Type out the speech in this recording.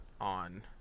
on